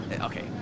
Okay